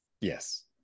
Yes